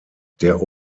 der